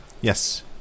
Yes